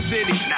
City